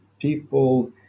people